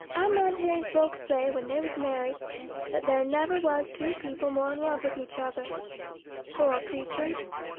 i mind hearing folks say when they was married that there never was two people more in love with each other pore creatures,